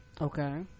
okay